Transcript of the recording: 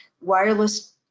wireless